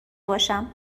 باشم